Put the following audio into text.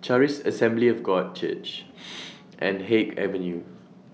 Charis Assembly of God Church and Haig Avenue